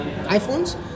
iPhones